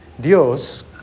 Dios